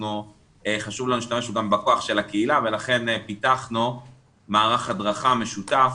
חשוב לנו להשתמש גם בכוח של הקהילה ולכן גם פיתחנו מערך הדרכה משותף,